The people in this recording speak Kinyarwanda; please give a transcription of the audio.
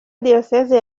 diyoseze